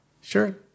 Sure